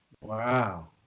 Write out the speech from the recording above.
Wow